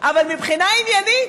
אבל מבחינה עניינית,